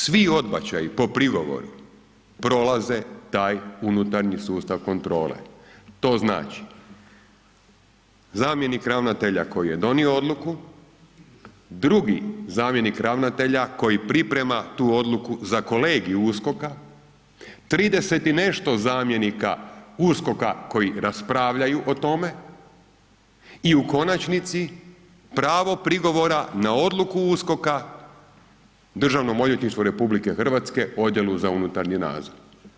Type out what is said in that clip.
Svi odbačaji po prigovoru prolaze taj unutar sustav kontrole, to znači zamjenik ravnatelja koji je donio odluku, drugi zamjenik ravnatelja koji priprema tu odluku za kolegij USKOK-a, 30 i nešto zamjenika USKOK-a koji raspravljaju o tome i u konačnici, pravo prigovora na odluku USKOK-a Državnom odvjetništvu RH Odjelu za unutarnji nadzor.